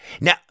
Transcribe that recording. now